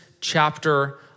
chapter